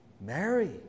Mary